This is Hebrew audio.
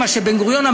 מה שאמר בן-גוריון,